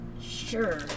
sure